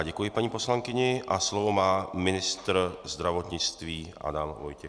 Děkuji paní poslankyni a slovo má ministr zdravotnictví Adam Vojtěch.